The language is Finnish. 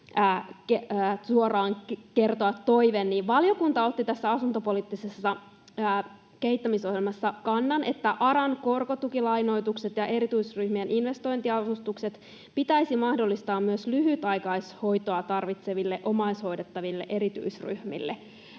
suoraan. Valiokunta otti tässä asuntopoliittisessa kehittämisohjelmassa kannan, että ARAn korkotukilainoitukset ja erityisryhmien investointiavustukset pitäisi mahdollistaa myös lyhytaikaishoitoa tarvitseville, omaishoidettaville erityisryhmille.